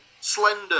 Slender